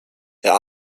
herr